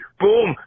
boom